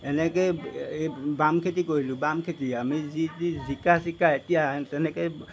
এনেকেই এই বাম খেতি কৰিলোঁ বাম খেতি আমি যি তি জিকা চিকা যেতিয়া তেনেকৈয়ে